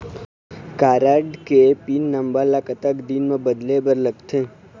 Card के pin number ला कतक दिन म बदले बर लगथे?